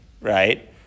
right